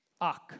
Ak